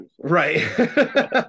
Right